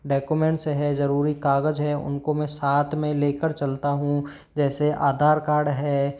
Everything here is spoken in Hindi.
डाक्यूमेंट्स है जरूरी कागज़ है उनको में साथ में लेकर चलता हूँ जैसे आधार कार्ड है